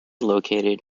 located